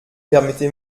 permettez